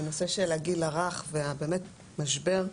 בנושא של הגיל הרך, ובאמת, משבר,